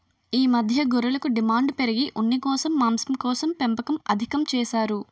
ఈ మధ్య గొర్రెలకు డిమాండు పెరిగి ఉన్నికోసం, మాంసంకోసం పెంపకం అధికం చేసారు